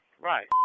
Right